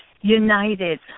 united